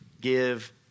give